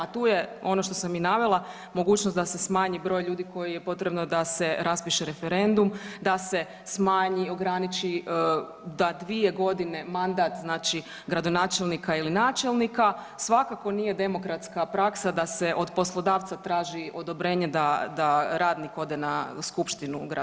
A tu je ono što sam i navela mogućnost da se smanji broj ljudi koji je potrebno da se raspiše referendum, da se smanji, ograniči dva dvije godine mandat gradonačelnika ili načelnika, svakako nije demokratska praksa da se od poslodavca traži odobrenje da radnik ode na skupštinu grada.